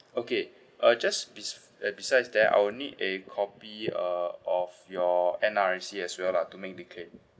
okay uh just bes~ uh besides that I will need a copy uh of your N_R_I_C as well lah to make the claim